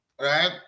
right